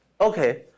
okay